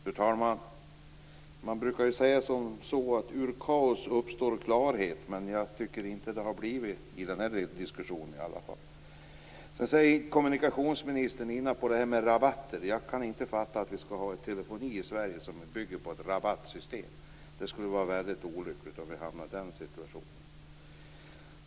Fru talman! Man brukar säga att ur kaos uppstår klarhet. Men jag tycker inte att det har skett i denna diskussion. Kommunikationsministern talar om rabatter. Jag kan inte förstå att vi i Sverige skall ha telefoni som bygger på ett rabattsystem. Det skulle vara mycket olyckligt om vi hamnade i den situationen.